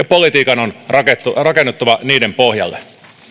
politiikan on rakennuttava niiden pohjalle